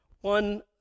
One